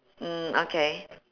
mm okay